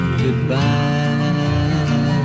goodbye